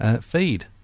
feed